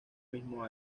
mismo